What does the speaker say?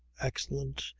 excellent,